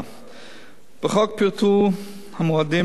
בחוק פורטו המועדים האחרונים להגשת